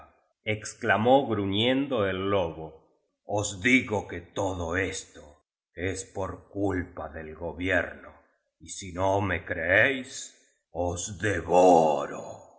exclamó gruñendo el lobo os digo que todo esto es por culpa del gobierno y sí no me creéis os de